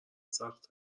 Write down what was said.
سخت